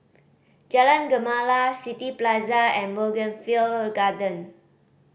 Jalan Gemala City Plaza and Bougainvillea Garden